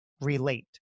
relate